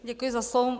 Děkuji za slovo.